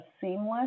seamless